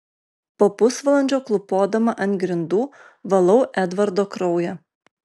po pusvalandžio klūpodama ant grindų valau edvardo kraują